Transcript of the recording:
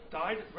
died